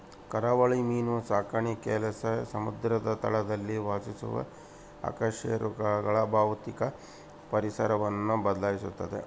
ಕರಾವಳಿ ಮೀನು ಸಾಕಾಣಿಕೆಲಾಸಿ ಸಮುದ್ರ ತಳದಲ್ಲಿ ವಾಸಿಸುವ ಅಕಶೇರುಕಗಳ ಭೌತಿಕ ಪರಿಸರವನ್ನು ಬದ್ಲಾಯಿಸ್ತತೆ